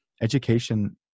education